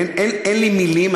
אין לי מילים.